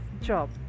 job